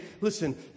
listen